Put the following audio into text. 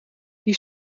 die